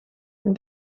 and